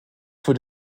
für